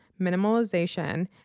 minimalization